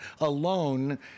alone